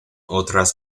otras